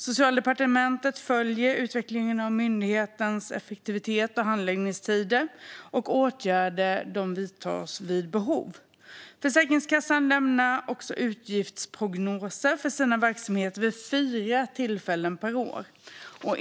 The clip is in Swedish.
Socialdepartementet följer utvecklingen av myndighetens effektivitet och handläggningstider, och åtgärder vidtas vid behov. Försäkringskassan lämnar också utgiftsprognoser för sin verksamhet vid fyra tillfällen per år.